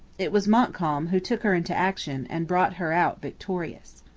it was montcalm who took her into action and brought her out victorious.